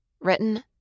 Written